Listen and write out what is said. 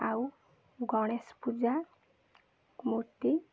ଆଉ ଗଣେଶ ପୂଜା ମୂର୍ତ୍ତି